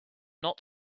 not